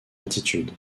attitude